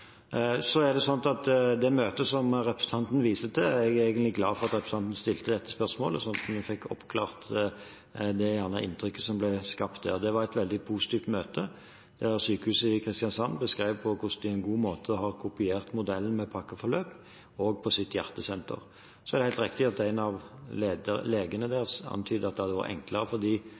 Det møtet som representanten viste til – jeg er egentlig glad for at representanten stilte dette spørsmålet, slik at vi fikk oppklart det inntrykket som ble skapt der – var et veldig positivt møte, og sykehuset i Kristiansand beskrev hvordan de på en god måte har kopiert modellen med pakkeforløp på sitt hjertesenter. Så er det helt riktig at en av legene deres antydet at det hadde vært enklere for